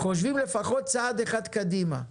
חושבים לפחות צעד אחד קדימה.